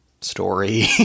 story